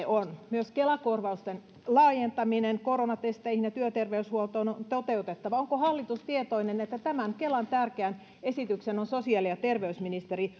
on myös kela korvausten laajentaminen koronatesteihin ja työterveyshuoltoon on toteutettava onko hallitus tietoinen että tämän kelan tärkeän esityksen on sosiaali ja terveysministeri